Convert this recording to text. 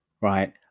right